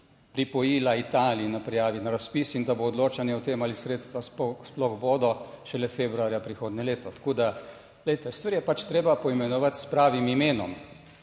pripojila Italiji na prijavi na razpis in da bo odločanje o tem, ali sredstva sploh bodo, šele februarja prihodnje leto. Tako da glejte, stvari je pač treba poimenovati s pravim imenom,